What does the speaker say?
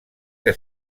que